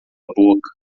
boca